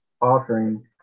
offering